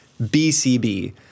BCB